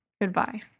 goodbye